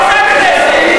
מה זה "הכנסת"?